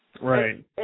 Right